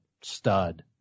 stud